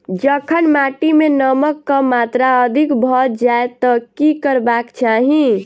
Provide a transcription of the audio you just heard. जखन माटि मे नमक कऽ मात्रा अधिक भऽ जाय तऽ की करबाक चाहि?